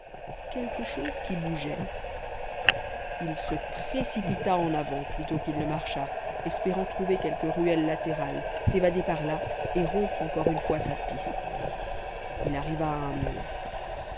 quelque chose qui bougeait il se précipita en avant plutôt qu'il ne marcha espérant trouver quelque ruelle latérale s'évader par là et rompre encore une fois sa piste il arriva à un mur